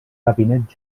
gabinet